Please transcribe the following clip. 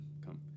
come